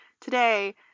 Today